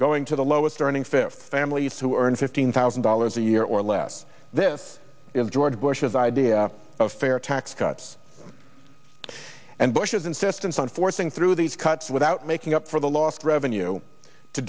going to the lowest earning fifty families who earn fifteen thousand dollars a year or less this is george bush's idea of fair tax cuts and bush's insistence on forcing through these cuts without making up for the lost revenue to